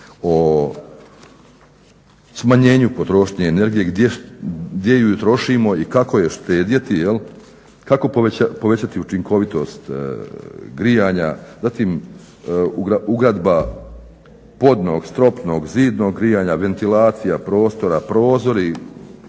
o smanjenju potrošnje energije gdje ju trošimo i kako ju štedjeti, kako povećati učinkovitost grijanja, zatim ugradba podnog, stropnog, zidnog grijanja, ventilacija prostora, prozori